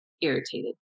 irritated